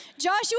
Joshua